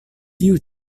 tiu